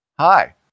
Hi